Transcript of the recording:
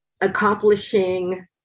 accomplishing